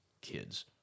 kids